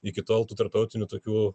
iki tol tų tarptautinių tokių